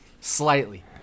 Slightly